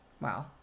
Wow